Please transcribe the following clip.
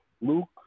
Luke